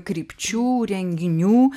krypčių renginių